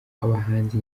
abahanzi